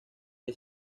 que